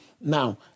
now